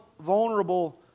vulnerable